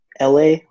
LA